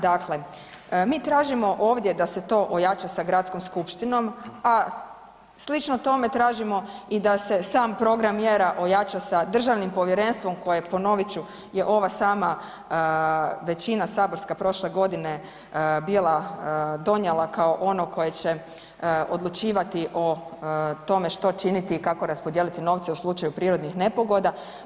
Dakle, mi tražimo ovdje da se to ojača sa gradskom skupštinom, a slično tome tražimo i da se sam program mjera ojača sa državnim povjerenstvom koje, ponovit ću je ova sama većina saborska prošle godine bila donijela kao ono koje će odlučivati o tome što činiti i kako raspodijeliti novce u slučaju prirodnih nepogoda.